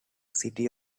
city